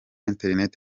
internet